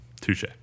Touche